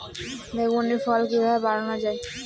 বেগুনের ফলন কিভাবে বাড়ানো যায়?